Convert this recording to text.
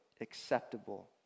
acceptable